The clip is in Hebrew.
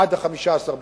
עד 15 בינואר.